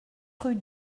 rue